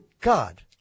God